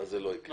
אז זה לא יקרה.